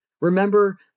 Remember